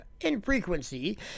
Infrequency